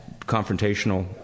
confrontational